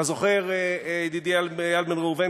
אתה זוכר, ידידי, איל בן ראובן.